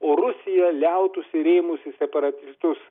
o rusija liautųsi rėmusi separatistus